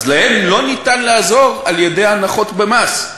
אז להם לא ניתן לעזור על-ידי הנחות במס,